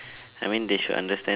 I mean they should understand that